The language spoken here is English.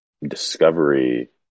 Discovery